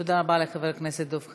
תודה רבה לחבר הכנסת דב חנין.